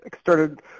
Started